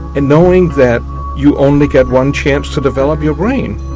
and knowing that you only get one chance to develop your brain.